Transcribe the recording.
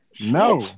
No